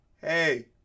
Hey